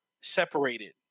separated